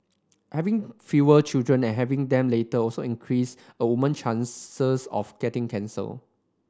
having fewer children and having them later also increase a woman chances of getting cancer